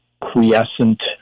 quiescent